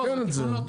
נתקן את זה.